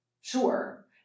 sure